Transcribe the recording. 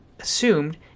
assumed